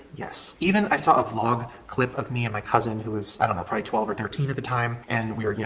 yes. even i saw a vlog clip of me and my cousin who was, i don't know, probably twelve or thirteen at the time and we were, you know,